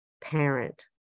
parent